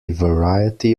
variety